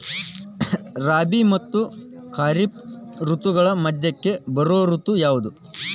ರಾಬಿ ಮತ್ತ ಖಾರಿಫ್ ಋತುಗಳ ಮಧ್ಯಕ್ಕ ಬರೋ ಋತು ಯಾವುದ್ರೇ?